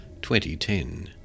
2010